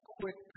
quick